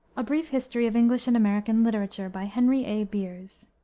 brief history of english and american literature, by henry a. beers,